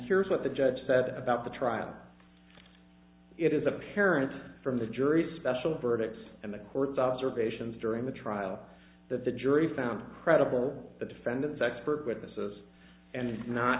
here's what the judge said about the trial it is apparent from the jury special verdicts and the court's observations during the trial that the jury found credible the defendant's expert witnesses and not